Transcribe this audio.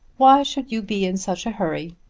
why should you be in such a hurry?